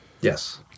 Yes